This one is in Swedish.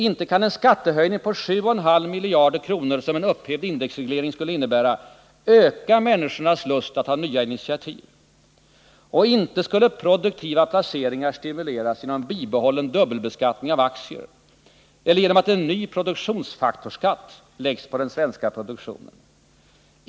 Inte kan en skattehöjning på 7,5 miljarder, som en upphävd indexreglering skulle innebära, öka människors lust att ta nya initiativ! Inte skulle produktiva placeringar stimuleras genom bibehållen dubbelbeskattning av aktier eller genom att en ny produktionsfaktorsskatt läggs på den svenska produktionen!